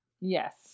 Yes